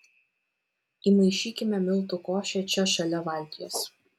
įmaišykime miltų košę čia šalia valties